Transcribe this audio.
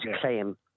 claim